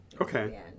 Okay